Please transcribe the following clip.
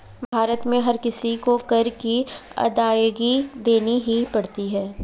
भारत में हर किसी को कर की अदायगी देनी ही पड़ती है